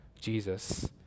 Jesus